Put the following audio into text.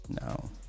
no